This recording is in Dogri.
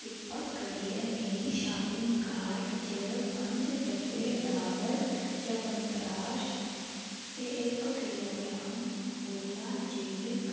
किरपा करियै मेरी शॉपिंग कार्ड च पंज डब्बे डाबर चवनपार्श ते इक किलो ग्राम बोयला जैविक